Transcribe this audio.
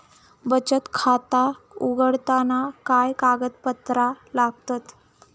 बचत खाता उघडताना काय कागदपत्रा लागतत?